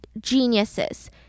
geniuses